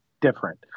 different